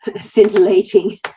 scintillating